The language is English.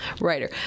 writer